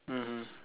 mmhmm